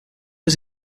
was